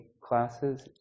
classes